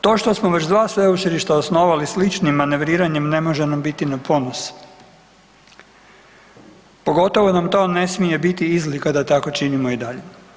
To što smo već dva sveučilišta osnovali sličnim manevriranjem ne može nam biti na ponos, pogotovo nam ne smije biti izlika da tako činimo i dalje.